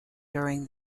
during